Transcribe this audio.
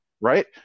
right